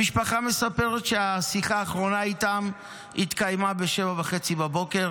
המשפחה מספרת שהשיחה האחרונה איתם התקיימה ב-7:30,